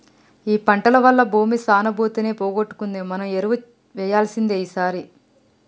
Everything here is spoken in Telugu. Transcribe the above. ఈ పంటల వల్ల భూమి సానుభూతిని పోగొట్టుకుంది మనం ఎరువు వేయాల్సిందే ఈసారి